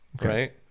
right